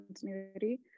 continuity